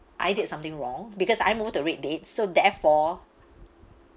I did something wrong because I moved the red dates so therefore